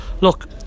look